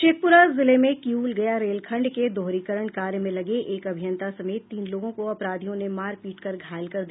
शेखप्रा जिले में किउल गया रेलखंड के दोहरीकरण कार्य में लगे एक अभियंता समेत तीन लोगों को अपराधियों ने मार पीट कर घायल कर दिया